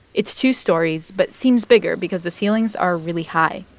it's two stories but seems bigger because the ceilings are really high.